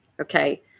Okay